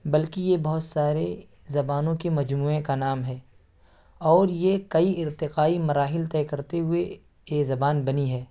بلکہ یہ بہت ساری زبانوں کے مجموعے کا نام ہے اور یہ کئی ارتقائی مراحل طے کرتے ہوئے یہ زبان بنی ہے